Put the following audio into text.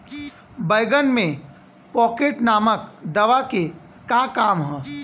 बैंगन में पॉकेट नामक दवा के का काम ह?